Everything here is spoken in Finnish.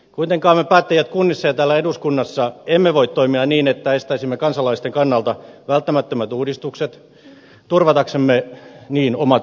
kuitenkaan me päättäjät kunnissa ja täällä eduskunnassa emme voi toimia niin että estäisimme kansalaisten kannalta välttämättömät uudistukset turvataksemme niin omat asemamme